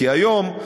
כי היום,